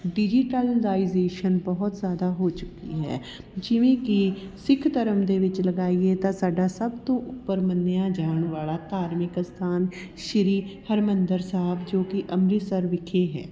digitalisation ਬਹੁਤ ਜ਼ਿਆਦਾ ਹੋ ਚੁੱਕੀ ਹੈ ਜਿਵੇਂ ਕਿ ਸਿੱਖ ਧਰਮ ਦੇ ਵਿੱਚ ਲਗਾਈਏ ਤਾਂ ਸਾਡਾ ਸਭ ਤੋਂ ਉਪਰ ਮੰਨਿਆਂ ਜਾਣ ਵਾਲਾ ਧਾਰਮਿਕ ਅਸਥਾਨ ਸ਼੍ਰੀ ਹਰਿਮੰਦਰ ਸਾਹਿਬ ਜੋ ਕਿ ਅੰਮ੍ਰਿਤਸਰ ਵਿਖੇ ਹੈ